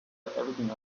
everything